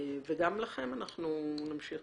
וגם אתכם אנחנו נמשיך